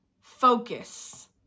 focus